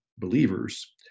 believers